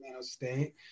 state